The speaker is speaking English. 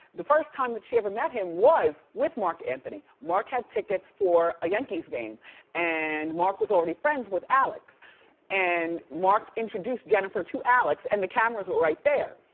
the first time that she ever met him was with marc anthony. marc had tickets for a yankees game and marc was already friends with alex and marc introduced jennifer to alex and the cameras were right there.